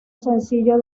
sencillo